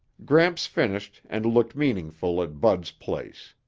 gramps finished and looked meaningfully at bud's place.